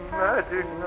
magic